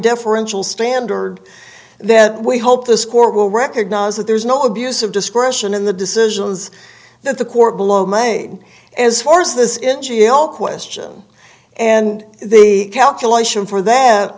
deferential standard that we hope this court will recognize that there is no abuse of discretion in the decisions that the court below may as far as this in g l question and the calculation for that